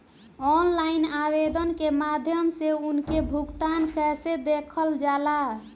Online आवेदन के माध्यम से उनके भुगतान कैसे देखल जाला?